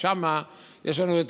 שם יש לנו,